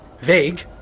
Vague